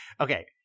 okay